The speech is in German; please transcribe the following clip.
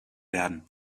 werden